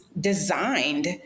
designed